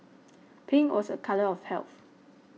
pink was a colour of health